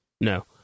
No